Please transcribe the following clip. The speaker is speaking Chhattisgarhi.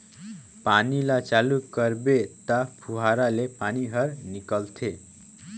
पानी ल चालू करबे त फुहारा ले पानी हर निकलथे